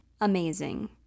amazing